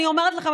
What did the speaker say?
אני אומרת לכם,